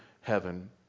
heaven